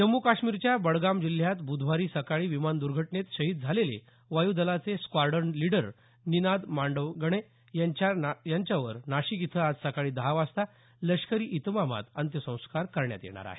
जम्मू काश्मीरच्या बडगाम जिल्ह्यात ब्धवारी सकाळी विमान दुर्घटनेत शहीद झालेले वायू दलाचे स्काडर्न लीडर निनाद मांडवगणे यांच्यावर नाशिक इथं आज सकाळी दहा वाजता लष्करी इतमामात अंत्यसंस्कार करण्यात येणार आहेत